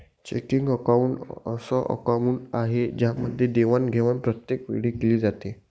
checking account अस account आहे ज्यामध्ये देवाणघेवाण प्रत्येक वेळी केली जाते